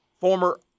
former